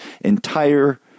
entire